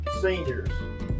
seniors